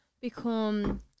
become